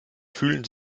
fühlen